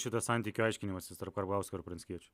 šitas santykių aiškinimasis tarp karbauskio ir pranckiečio